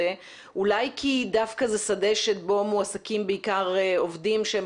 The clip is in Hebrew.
אולי כי דווקא זה שדה שבו מועסקים בעיקר עובדים שהם